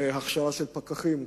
להכשרת פקחים,